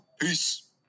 Peace